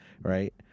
right